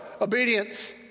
obedience